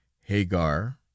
hagar